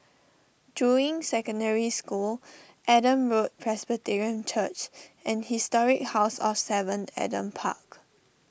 Juying Secondary School Adam Road Presbyterian Church and Historic House of Seven Adam Park